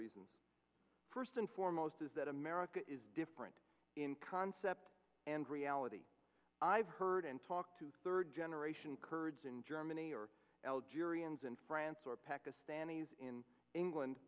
reasons first and foremost is that america is different in concept and reality i've heard in talk to third generation kurds in germany or elbagir ians in france or pakistanis in england